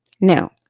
now